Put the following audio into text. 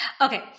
Okay